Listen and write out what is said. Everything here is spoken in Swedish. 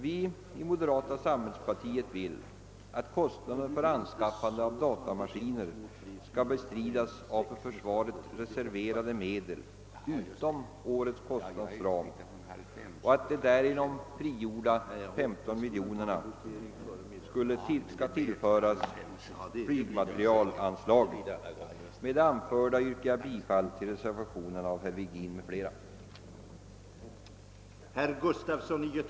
Vi i moderata samlingspartiet vill att kostnaderna för anskaffande av datamaskiner skall bestridas av för försvaret reserverade medel liggande utom årets kostnadsram och att de därigenom frigjorda 15 miljonerna skall tillföras flygmaterielanslaget.